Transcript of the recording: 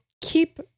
keep